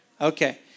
Okay